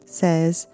says